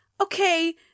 okay